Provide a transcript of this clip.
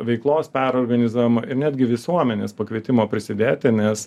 veiklos perorganizuojama ir netgi visuomenės pakvietimo prisidėti nes